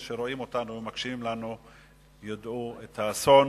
שרואים אותנו ומקשיבים לנו ידעו על האסון